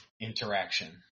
interaction